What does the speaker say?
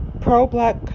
pro-black